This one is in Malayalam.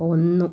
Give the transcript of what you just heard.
ഒന്നു